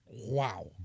Wow